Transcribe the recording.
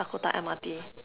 Dakota M_R_T